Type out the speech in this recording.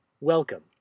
welcome